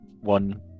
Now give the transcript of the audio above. one